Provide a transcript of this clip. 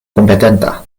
kompetenta